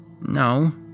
No